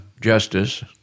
justice